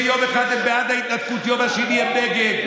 שיום אחד הם בעד ההתנקות וביום השני הם נגד.